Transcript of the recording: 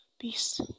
Peace